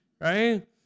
right